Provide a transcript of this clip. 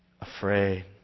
afraid